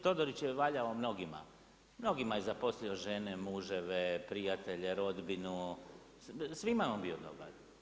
Todorić je valjao mnogima, mnogima je zaposlio žene, muževe, prijatelje, rodbinu, svima je on bio dobar.